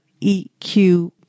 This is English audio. EQ